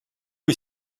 est